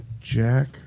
Jack